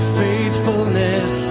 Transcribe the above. faithfulness